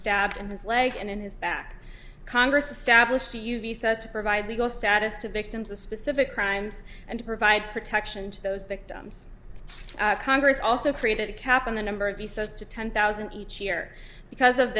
stabbed in the leg and in his back congress established a u v set to provide legal status to victims of specific crimes and to provide protection to those victims of congress also created a cap on the number of the says to ten thousand each year because of